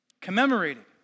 Commemorated